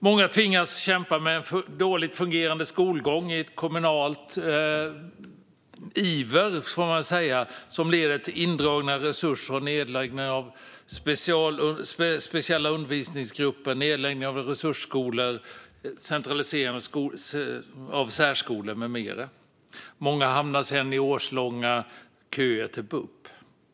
Många tvingas kämpa med en dåligt fungerande skolgång till följd av en kommunal iver som leder till indragna resurser, nedläggning av specialundervisningsgrupper, nedläggning av resursskolor och centralisering av särskolor med mera. Många hamnar sedan i årslånga köer till bup.